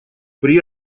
при